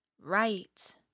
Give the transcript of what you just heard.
Right